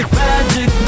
magic